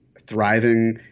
thriving